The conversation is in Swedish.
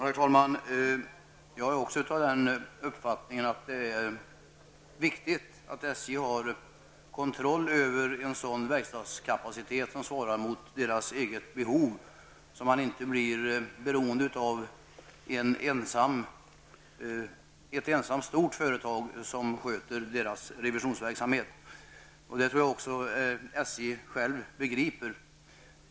Herr talman! Också jag har uppfattningen att det är viktigt att SJ har kontroll över en verkstadskapacitet som svarar mot dess egna behov. Man får inte bli beroende av ett ensamt, stort företag som sköter revisionsverksamheten. Det tror jag att SJ självt begriper.